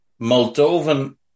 Moldovan